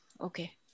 okay